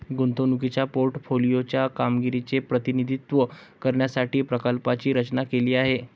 गुंतवणुकीच्या पोर्टफोलिओ च्या कामगिरीचे प्रतिनिधित्व करण्यासाठी प्रकल्पाची रचना केली आहे